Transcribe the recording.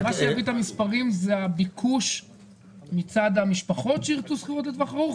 מה שיביא את המספרים זה הביקוש מצד המשפחות שירצו שכירות לטווח ארוך